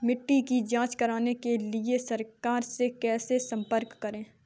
मिट्टी की जांच कराने के लिए सरकार से कैसे संपर्क करें?